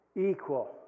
Equal